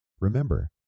Remember